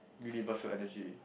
universal energy